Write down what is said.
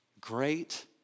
Great